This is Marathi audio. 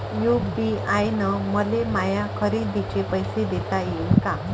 यू.पी.आय न मले माया खरेदीचे पैसे देता येईन का?